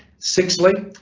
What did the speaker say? sixthly,